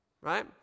Right